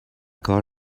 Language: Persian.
کار